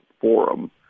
forum